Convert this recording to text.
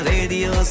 Radio